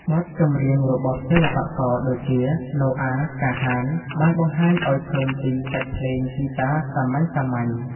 បទចម្រៀងរបស់សិល្បករដូចជា ណូអា កាហាន បានបង្ហាញឱ្យឃើញពី សាច់ភ្លេងហ្គីតាសាមញ្ញៗ។